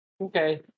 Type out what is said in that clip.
Okay